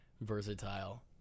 versatile